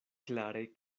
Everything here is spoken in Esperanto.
klare